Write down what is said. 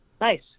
nice